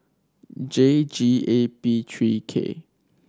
J G A P three K